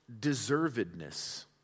deservedness